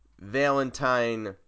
valentine